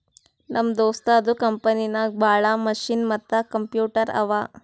ನಮ್ ದೋಸ್ತದು ಕಂಪನಿನಾಗ್ ಭಾಳ ಮಷಿನ್ ಮತ್ತ ಕಂಪ್ಯೂಟರ್ ಅವಾ